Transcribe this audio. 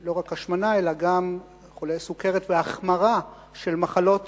לא רק השמנה אלא גם חולי סוכרת וההחמרה של מחלות